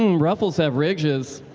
um ruffles have ridges.